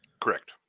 Correct